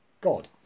God